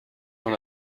from